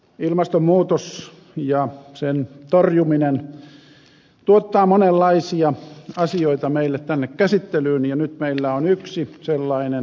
ilmastonmuutos ja sen torjuminen tuottavat monenlaisia asioita meille tänne käsittelyyn ja nyt meillä on yksi sellainen